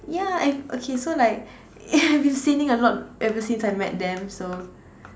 yeah I okay so like I have been sinning a lot ever since I met them so